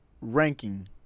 ranking